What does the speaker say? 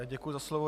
Děkuji za slovo.